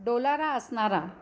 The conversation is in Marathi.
डोलारा असणारा